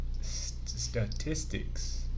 statistics